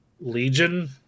Legion